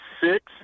six